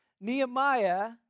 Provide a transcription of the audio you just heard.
Nehemiah